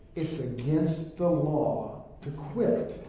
it's against the law to quit.